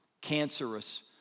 cancerous